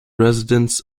residents